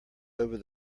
over